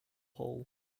hole